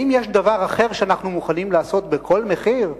האם יש דבר אחר שאנחנו מוכנים לעשות בכל מחיר?